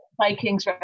Vikings